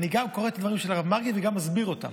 אני גם קורא את הדברים של הרב מרגי וגם מסביר אותם.